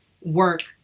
work